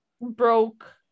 broke